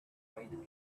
fight